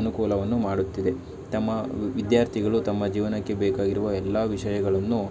ಅನುಕೂಲವನ್ನು ಮಾಡುತ್ತಿದೆ ತಮ್ಮ ವಿದ್ಯಾರ್ಥಿಗಳು ತಮ್ಮ ಜೀವನಕ್ಕೆ ಬೇಕಾಗಿರುವ ಎಲ್ಲ ವಿಷಯಗಳನ್ನು